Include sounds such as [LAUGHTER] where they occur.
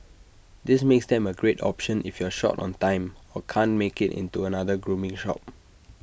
this makes them A great option if you're short on time or can't make IT into another grooming shop [NOISE]